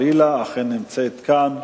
אולי בעצם למה ללכת לשתי מדינות,